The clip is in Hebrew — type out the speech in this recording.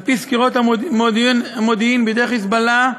על-פי סקירות המודיעין, בידי "חיזבאללה"